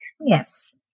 Yes